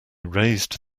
raised